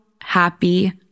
happy